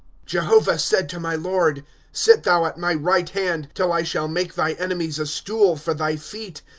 jehovah said to my lord sit thou at my right hand, till i shall make thy enemies a stool for thy feet.